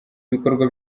ibikorwa